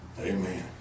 Amen